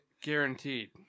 guaranteed